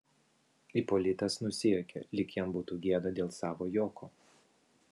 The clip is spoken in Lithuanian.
ipolitas nusijuokė lyg jam būtų gėda dėl savo juoko